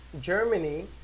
Germany